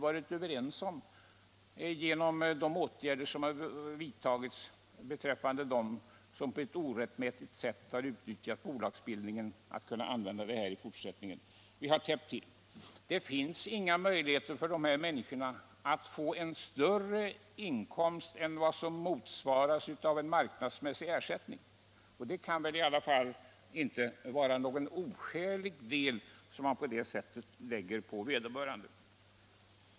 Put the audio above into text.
Vi har ju i stället täppt till möjligheterna att på ett orättmätigt sätt utnyttja bolagsbildningen. Det finns inga möjligheter att få en större inkomst än vad som motsvaras av en marknadsmässig ersättning. Det kan väl i alla fall inte vara en oskälig del som man på det sättet lägger på vederbörande.